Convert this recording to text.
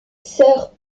sœurs